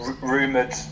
Rumoured